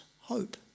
hope